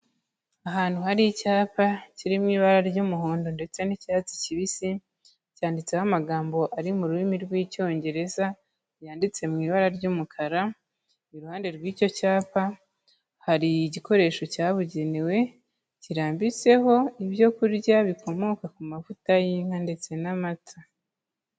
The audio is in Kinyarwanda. Ahantu hari icyapa kiri mu ibara ry'umuhondo ndetse n'icyatsi kibisi, cyanditseho amagambo ari mu rurimi rw'Icyongereza yanditse mu ibara ry'umukara, iruhande rw'icyo cyapa hari igikoresho cyabugenewe kirambitseho ibyo kurya bikomoka ku mavuta y'inka ndetse n'amata.